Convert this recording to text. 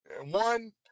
One